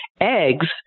Eggs